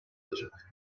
alacak